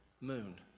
Moon